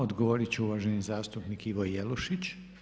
Odgovorit će uvaženi zastupnik Ivo Jelušić.